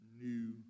new